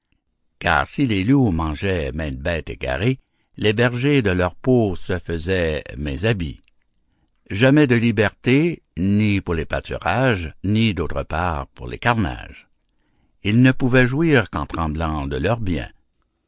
car si les loups mangeaient mainte bête égarée les bergers de leur peau se faisaient maints habits jamais de liberté ni pour les pâturages ni d'autre part pour les carnages ils ne pouvaient jouir qu'en tremblant de leurs biens